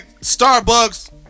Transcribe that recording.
Starbucks